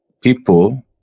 people